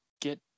get